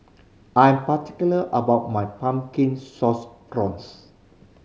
I am particular about my Pumpkin Sauce Prawns